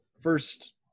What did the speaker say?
first